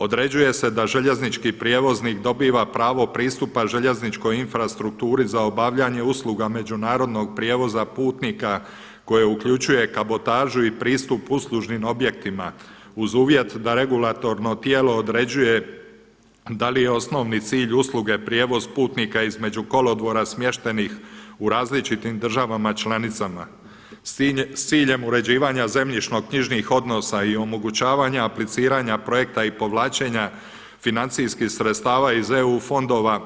Određuje se da željeznički prijevoznik dobiva pravo pristupa željezničkoj infrastrukturi za obavljanje usluga međunarodnog prijevoza putnika koje uključuje kabotažu i pristup uslužnim objektima uz uvjet da regulatorno tijelo određuje da li je osnovni cilj usluge prijevoz putnika između kolodvora smještenih u različitim državama članicama, s ciljem uređivanja zemljišno-knjižnih odnosa i omogućavanja apliciranja projekta i povlačenja financijskih sredstava iz eu fondova.